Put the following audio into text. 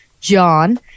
john